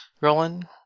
Roland